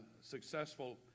successful